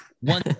One